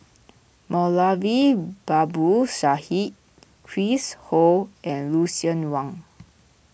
Moulavi Babu Sahib Chris Ho and Lucien Wang